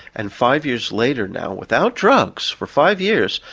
and five years later now, without drugs for five years,